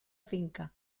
finca